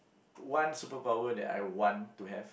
one superpower that I want to have